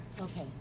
okay